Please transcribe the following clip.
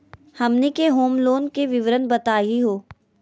हमनी के home loan के विवरण बताही हो?